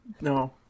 No